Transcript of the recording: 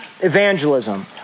evangelism